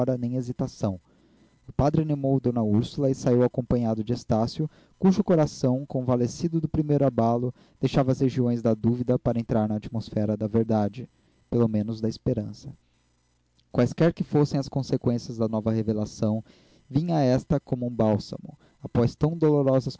nem hesitação o padre animou d úrsula e saiu acompanhado de estácio cujo coração convalescido do primeiro abalo deixava as regiões da dúvida para entrar na atmosfera da verdade pelo menos da esperança quaisquer que fossem as conseqüências da nova revelação vinha esta como um bálsamo após tão dolorosas